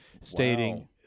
stating